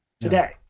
today